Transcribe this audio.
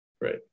Right